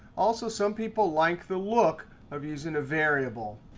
also, some people like the look of using a variable.